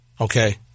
Okay